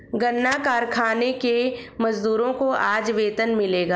गन्ना कारखाने के मजदूरों को आज वेतन मिलेगा